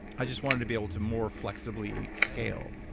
i just wanted to be able to more flexibly scale,